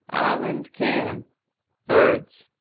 island can birds